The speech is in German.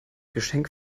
geschenk